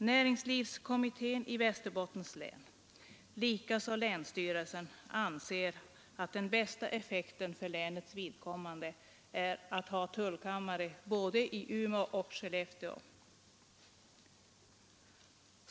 Näringslivskommittén i Västerbottens län liksom länsstyrelsen anser att den bästa effekten för länets vidkommande åstadkommer man genom att ha tullkammare både i Umeå och i Skellefteå.